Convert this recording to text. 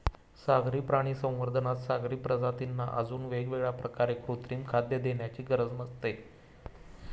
सागरी प्राणी संवर्धनात सागरी प्रजातींना अजून वेगळ्या प्रकारे कृत्रिम खाद्य देण्याची गरज नसते